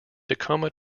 tacoma